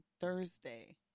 Thursday